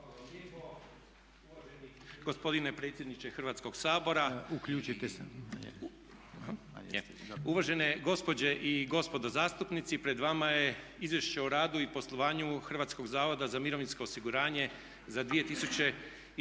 lijepo. Uvaženi gospodine predsjedniče Hrvatskog sabora, uvažene gospođe i gospodo zastupnici pred vama je Izvješće o radu i poslovanju Hrvatskog zavoda za mirovinsko osiguranje za 2014.